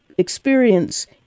experience